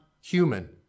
human